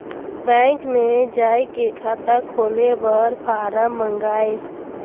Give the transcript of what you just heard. Bank मे जाय के खाता खोले बर फारम मंगाय?